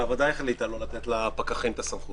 הוועדה החליטה לא לתת לפקחים את הסמכות.